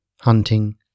Hunting